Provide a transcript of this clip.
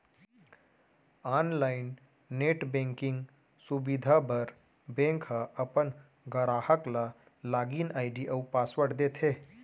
online net banking सुबिधा बर bank ह अपन गराहक ल लॉगिन आईडी अउ पासवर्ड देथे